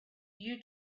you